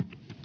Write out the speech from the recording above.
[Speech